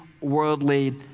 worldly